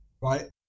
right